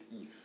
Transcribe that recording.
Eve